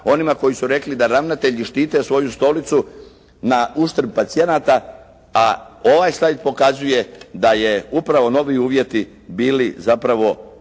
onima koji su rekli da ravnatelji štite svoju stolicu na uštrb pacijenata, a ovaj slajd pokazuje da je upravo novi uvjeti bili zapravo, reći